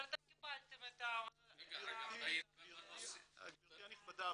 אבל אתם קיבלתם את ה- -- גבירתי הנכבדה,